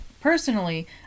Personally